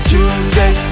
Tuesday